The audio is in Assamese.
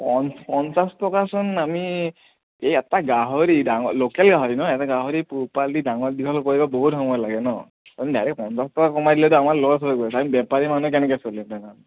পন পঞ্চাছ টকাচোন আমি এই এটা গাহৰি ডাঙ লোকেল গাহৰি ন' এনে গাহৰি পোহপাল দি ডাঙৰ দীঘল কৰিবলৈ বহুত সময় লাগে ন' আপুনি ডাইৰেক্ট পঞ্চাছ টকা কমাই দিলেতো আমাৰ লচ হৈ গৈছে আমি বেপাৰী মানুহ কেনেকৈ চলিম দাদা